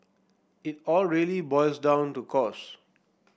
it all really boils down to cost